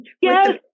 Yes